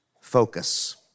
focus